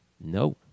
No